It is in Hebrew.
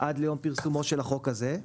עד ליום פרסומו של החוק הזה.